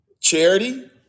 Charity